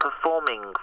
Performing